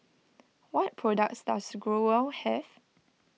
what products does Growell have